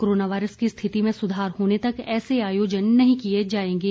corona virus की स्थिति में सुधार होने तक ऐसे आयोजन नहीं किये जायेंगे